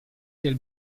del